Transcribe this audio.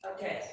Okay